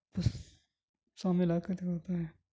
بس سامنے لا کر دکھاتا ہے